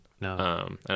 No